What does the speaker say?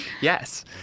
Yes